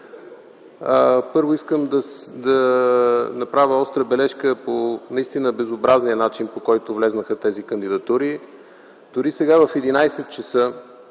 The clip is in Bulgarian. Първо искам да направя остра бележка по наистина безобразния начин, по който влязоха тези кандидатури. Дори сега, в 11,00